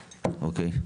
אוקיי.